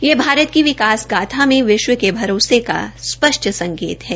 यह भारत की रक्षा की विकास गाथा में विश्व के भरोसे का स्पष्ट संकेत है